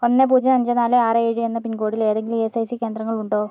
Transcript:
ഒന്ന് പൂജ്യം അഞ്ച് നാല് ആറ് ഏഴ് എന്ന പിൻകോഡിൽ ഏതെങ്കിലും ഈ എസ്സ് ഐ സി കേന്ദ്രങ്ങളുണ്ടോ